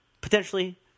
potentially